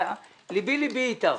לבי לבי אתך.